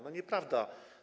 No nieprawda.